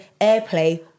airplay